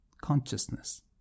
Consciousness